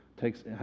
takes